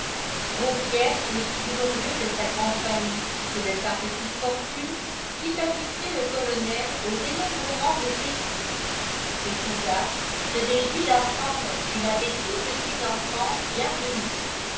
gros pierre aussi glorieux de sa grande famille que de sa petite fortune fit assister le colonel au dénombrement de ses fils et fougas se réjouit d'apprendre qu'il avait six petits-enfants